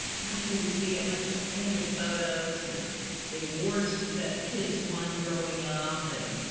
gosh, when you see a bunch of family photos and the awards that the kids won growing up and